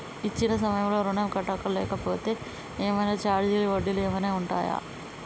ఇచ్చిన సమయంలో ఋణం కట్టలేకపోతే ఏమైనా ఛార్జీలు వడ్డీలు ఏమైనా ఉంటయా?